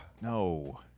No